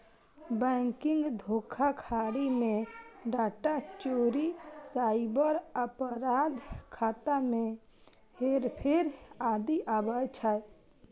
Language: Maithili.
बैंकिंग धोखाधड़ी मे डाटा चोरी, साइबर अपराध, खाता मे हेरफेर आदि आबै छै